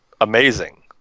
amazing